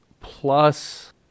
plus